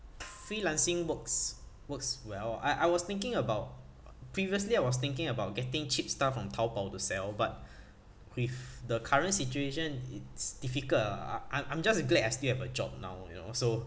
freelancing works works well I I was thinking about previously I was thinking about getting cheap stuff from taobao to sell but with the current situation it's difficult ah uh I'm I'm just glad I still have a job now you know so